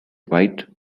white